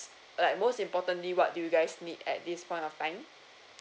like most importantly what you guys need at this point of time